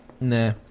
Nah